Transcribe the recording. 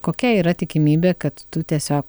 kokia yra tikimybė kad tu tiesiog